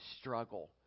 struggle